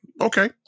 Okay